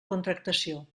contractació